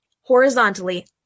horizontally